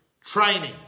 training